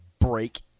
break